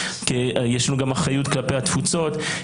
יש לנו גם אחריות כלפי התפוצות.